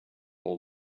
all